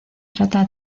trata